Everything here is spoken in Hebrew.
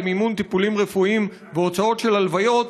למימון טיפולים רפואיים והוצאות של הלוויות,